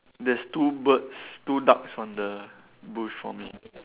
there's two birds two ducks on the bush for me